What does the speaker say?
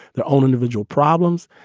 their own individual problems.